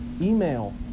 email